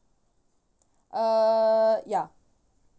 uh ya